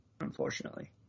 unfortunately